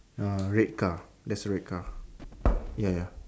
uh red car there's a red car ya ya